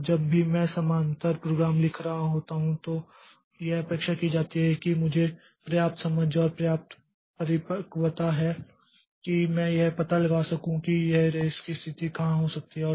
और जब भी मैं समानांतर प्रोग्राम लिख रहा होता हूं तो यह अपेक्षा की जाती है कि मुझे पर्याप्त समझ और पर्याप्त परिपक्वता है कि मैं यह पता लगा सकूं कि यह रेस की स्थिति कहां हो सकती है